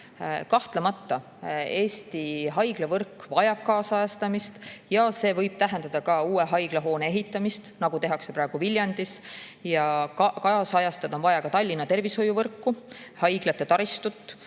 Kahtlemata vajab Eesti haiglavõrk kaasajastamist ja see võib tähendada ka uue haiglahoone ehitamist, nagu tehakse praegu Viljandis. Kaasajastada on vaja ka Tallinna tervishoiuvõrku, haiglate taristut,